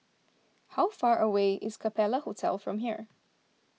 how far away is Capella Hotel Singapore from here